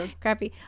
crappy